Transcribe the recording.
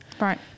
Right